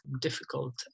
difficult